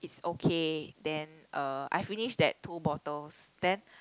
it's okay then uh I finish that two bottles then